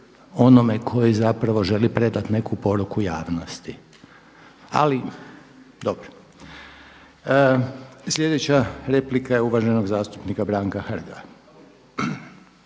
onome koji zapravo želi predati neku poruku javnosti. Ali dobro. Sljedeća replika je uvaženog zastupnika Branka Hrga.